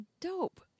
dope